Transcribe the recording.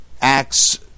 Acts